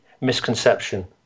misconception